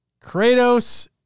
Kratos